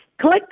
Click